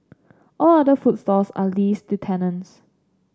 all other food stalls are leased to tenants